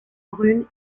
brunes